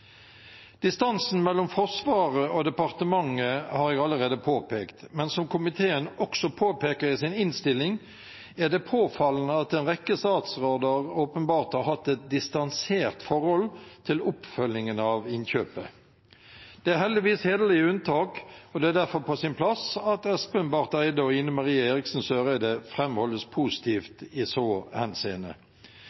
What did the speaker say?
Distansen mellom Forsvaret og Forsvarsdepartementet har jeg allerede påpekt, men som komiteen også påpeker i sin innstilling, er det påfallende at en rekke statsråder åpenbart har hatt et distansert forhold til oppfølgingen av innkjøpet. Det er heldigvis hederlige unntak, og det er derfor på sin plass at Espen Barth Eide og Ine Marie Eriksen Søreide